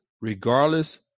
regardless